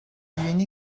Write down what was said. yeni